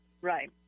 Right